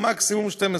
או מקסימום 12,